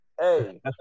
hey